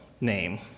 name